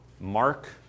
Mark